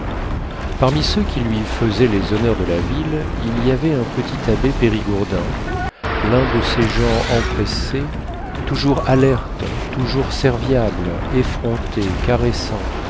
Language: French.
parmi ceux qui lui fesaient les honneurs de la ville il y avait un petit abbé périgourdin l'un de ces gens empressés toujours alertes toujours serviables effrontés caressants